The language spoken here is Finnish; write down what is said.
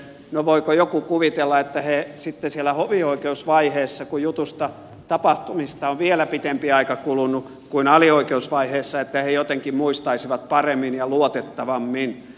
no voiko joku kuvitella että he sitten siellä hovioikeusvaiheessa kun jutusta tapahtumista on vielä pitempi aika kulunut kuin alioikeusvaiheessa jotenkin muistaisivat paremmin ja luotettavammin